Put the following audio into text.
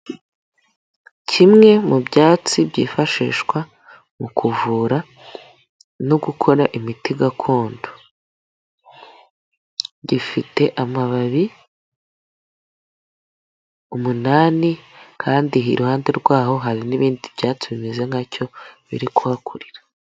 Kimwe mu byatsi byifashishwa mu kuvura no gukora imiti gakondo. Gifite amababi umunani kandi iruhande rwaho hari n'ibindi byatsi bimeze nkacyo biri kuhakurira.